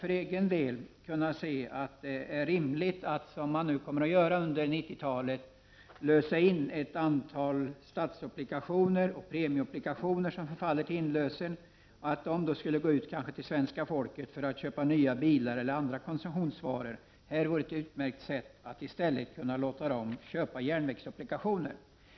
För egen del har jag nämligen litet svårt att se att det är rimligt att det kapital som kommer att frigöras i och med att ett antal premieoch statsobligationer kommer att lösas in under 90-talet skulle användas av svenska folket till exempelvis inköp av nya bilar eller andra konsumtionsvaror. Det vore väl utmärkt att i stället låta människorna få köpa järnvägsobligationer.